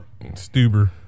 Stuber